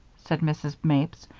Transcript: said mrs. mapes.